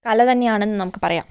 കല തന്നെയാണെന്ന് നമുക്ക് പറയാം